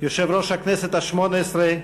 יושב-ראש הכנסת השמונה-עשרה,